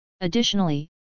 Additionally